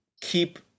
keep